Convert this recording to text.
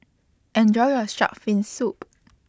Enjoy your Shark's Fin Soup